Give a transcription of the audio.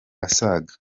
asaga